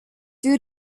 due